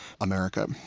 america